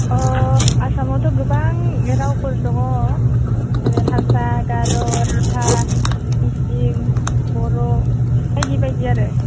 अ आसामावथ' गोबां रावफोर दङ जेरै हारसा गार' राभा मिसिं बर' बायदि बायदि आरो